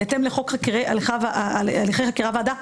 בהתאם לחוק הליכי חקירה והעדה,